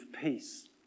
peace